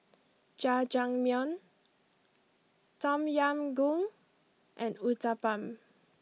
Jajangmyeon Tom Yam Goong and Uthapam